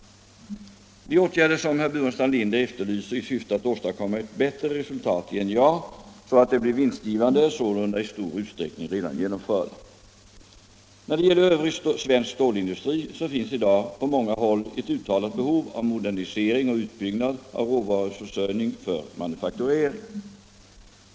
De åtgärder som herr Burenstam Linder efterlyser i syfte att åstadkomma ett bättre resultat i NJA så att det blir vinstgivande är sålunda i stor utsträckning redan genomförda. När det gäller övrig svensk stålindustri finns i dag på många håll ett uttalat behov av modernisering och utbyggnad av råvaruförsörjning för manufakturering.